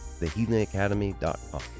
Thehealingacademy.com